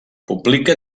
publica